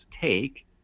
take